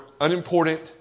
unimportant